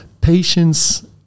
patience